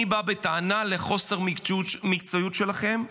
אני בא בטענה על חוסר המקצועיות שלכם,